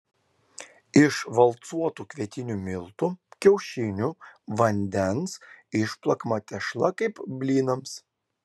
iš valcuotų kvietinių miltų kiaušinių vandens išplakama tešla kaip blynams